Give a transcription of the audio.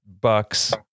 bucks